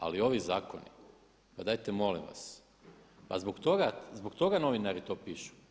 Ali ovi zakoni, pa dajte molim vas, pa zbog toga novinari to pišu.